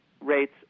rates